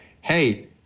hey